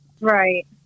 Right